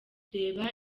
reba